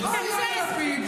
אל תתגייסו,